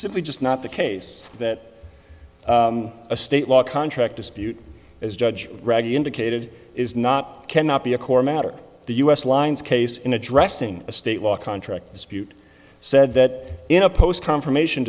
simply just not the case that a state law contract dispute as judge raggy indicated is not cannot be a core matter the us lines case in addressing a state law contract dispute said that in a post confirmation